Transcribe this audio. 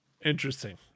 Interesting